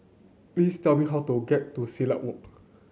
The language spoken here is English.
please tell me how to get to Silat Walk